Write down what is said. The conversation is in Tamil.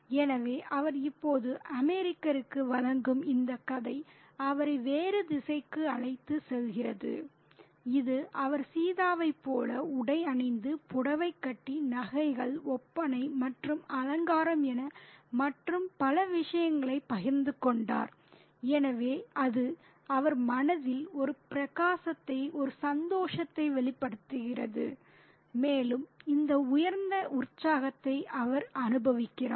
எனவே அவர் இப்போது அமெரிக்கருக்கு வழங்கும் இந்த கதை அவரை வேறு திசைக்கு அழைத்து செல்கிறது இது அவர் சீதாவை போல் உடை அணிந்து புடவை கட்டி நகைகள் ஒப்பனை மற்றும் அலங்காரம் என மற்றும் பல விஷயங்களை பகிர்ந்து கொண்டார் எனவே அது அவர் மனதில் ஒரு பிரகாசத்தை ஒரு சந்தோஷத்தை வெளிப்படுத்துகிறது மேலும் இந்த உயர்ந்த உற்சாகத்தை அவர் அனுபவிக்கிறார்